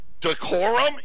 decorum